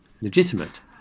legitimate